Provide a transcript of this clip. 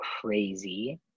crazy